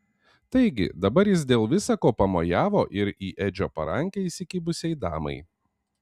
taigi dabar jis dėl visa ko pamojavo ir į edžio parankę įsikibusiai damai